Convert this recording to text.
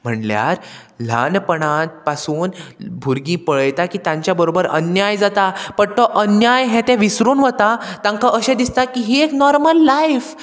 म्हणल्यार ल्हानपणांत पासून भुरगीं पळयता की तांच्या बरोबर अन्याय जाता बट तो अन्याय हें तें विसरून वता तांकां अशें दिसता की ही एक नॉर्मल लायफ